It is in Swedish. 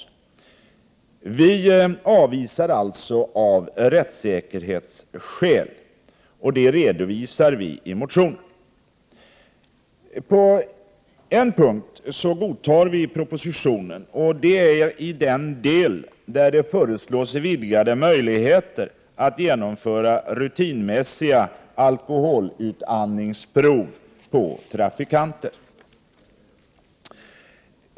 Vi avvisar alltså förslaget av rättssäkerhetsskäl, och skälen redovisas i motionen. På en punkt godtar vi propositionen, nämligen i den del där det föreslås vidgade möjligheter att genomföra rutinmässiga alkoholutandningsprov på trafikanter.